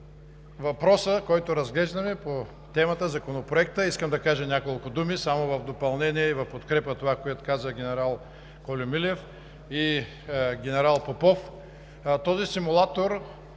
въпроса, който разглеждаме, по темата, по Законопроекта искам да кажа няколко думи само в допълнение и в подкрепа на това, което казаха генерал Кольо Милев и генерал Попов. Този симулатор,